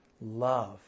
love